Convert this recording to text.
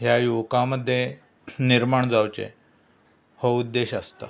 ह्या युवकां मद्दे निर्माण जावचे हो उद्देश आसता